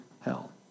hell